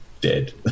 dead